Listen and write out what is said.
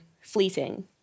fleeting